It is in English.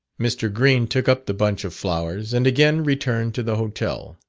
mr. green took up the bunch of flowers, and again returned to the hotel.